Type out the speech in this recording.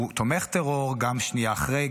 הוא תומך טרור גם שנייה אחרי,